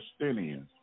Palestinians